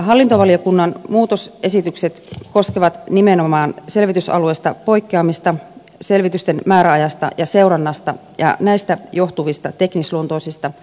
hallintovaliokunnan muutosesitykset koskevat nimenomaan selvitysalueesta poikkeamista selvitysten määräaikaa ja seurantaa ja näistä johtuvia teknisluontoisia korjauksia